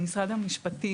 במשרד המשפטים,